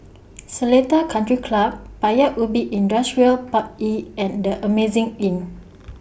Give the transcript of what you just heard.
Seletar Country Club Paya Ubi Industrial Park E and The Amazing Inn